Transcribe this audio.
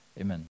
amen